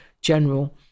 general